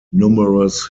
numerous